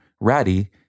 Ratty